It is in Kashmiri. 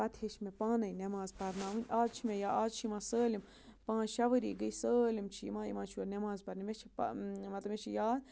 پَتہٕ ہیٚچھۍ مےٚ پانَے نٮ۪ماز پَرناوٕنۍ آز چھِ مےٚ یا آز چھِ یِوان سٲلِم پانٛژھ شےٚ ؤری گٔے سٲلِم چھِ یِوان یِوان چھِ یور نٮ۪ماز پَرنہِ مےٚ چھِ مَطلب مےٚ چھُ یاد